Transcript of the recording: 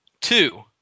Two